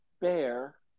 bear